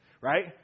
right